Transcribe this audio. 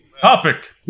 topic